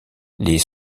les